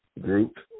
group